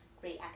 great